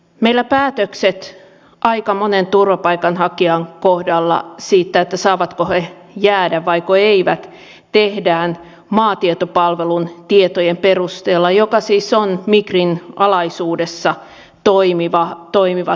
meillä päätökset aika monen turvapaikanhakijan kohdalla siitä saavatko he jäädä vaiko eivät tehdään maatietopalvelun tietojen perusteella joka siis on migrin alaisuudessa toimiva tietopankki